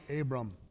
Abram